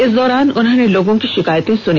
इस दौरान उन्होंने लोगों की शिकायतें सुनी